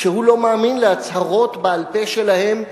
כשהוא לא מאמין להצהרות בעל-פה שלהם,